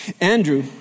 Andrew